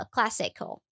Classical